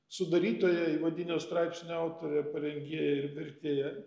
sudarytoja įvadinio straipsnio autorė parengėja ir vertėja